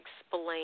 explain